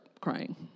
crying